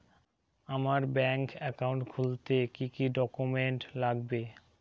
আমার bank account খুলতে কি কি ডকুমেন্ট লাগবে?